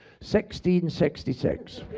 sexteen sexty sex.